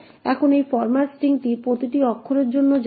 এখন এই format string প্রতিটি অক্ষর জন্য যায়